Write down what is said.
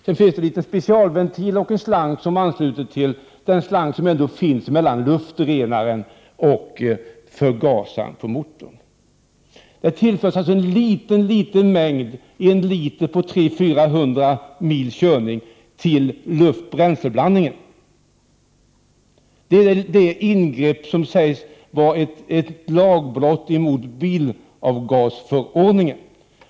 Sedan finns en liten specialventil och en slang som ansluter till den slang som ändå finns mellan luftrenaren och förgasaren på motorn. Det tillförs alltså en mycket liten mängd, en liter på 300-400 mils körning, till luft-bränsleblandningen. Det är det ingrepp som sägs vara ett lagbrott mot bilavgasförordningen.